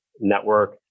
network